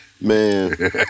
Man